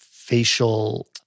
facial